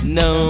no